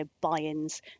buy-ins